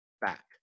back